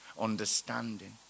understanding